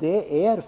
Det är